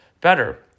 better